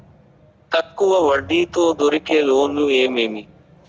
తక్కువ వడ్డీ తో దొరికే లోన్లు ఏమేమీ?